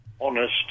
honest